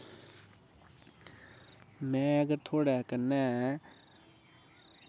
मैं अगर थुआढ़े कन्नै